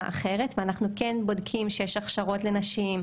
אחרת ואנחנו כן בודקים שיש הכשרות לנשים,